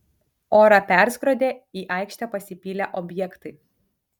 orą perskrodė į aikštę pasipylę objektai